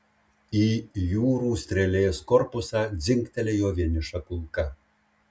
į jūrų strėlės korpusą dzingtelėjo vieniša kulka